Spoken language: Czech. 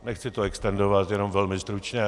Nechci to extendovat, jenom velmi stručně.